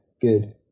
good